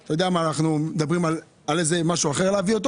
אנחנו מדברים על משהו אחר להביא אותו